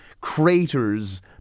craters